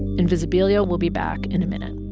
invisibilia will be back in a minute